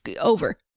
over